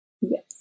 Yes